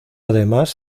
además